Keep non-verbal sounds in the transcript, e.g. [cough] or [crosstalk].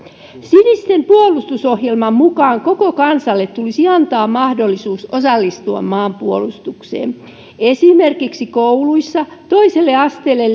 sinisten puolustusohjelman mukaan koko kansalle tulisi antaa mahdollisuus osallistua maanpuolustukseen esimerkiksi kouluissa toiselle asteelle [unintelligible]